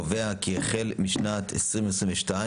קובע כי החל משנת 2022,